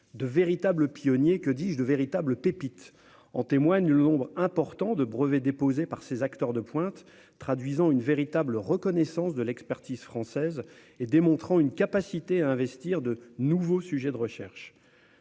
de véritables pionniers, que dis-je, de véritables pépites. En témoigne le nombre important de brevets déposés par ces acteurs de pointe, traduisant une véritable reconnaissance de l'expertise française et démontrant une capacité à investir de nouveaux sujets de recherche.